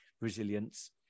resilience